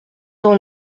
dans